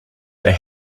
they